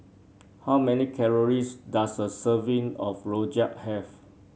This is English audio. how many calories does a serving of Rojak have